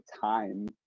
time